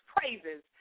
Praises